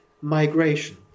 migration